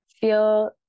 feel